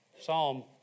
Psalm